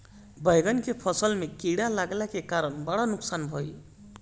बैंगन के फसल में कीड़ा लगले के कारण बड़ा नुकसान भइल